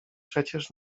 przecież